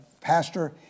pastor